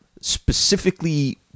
specifically